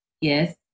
Yes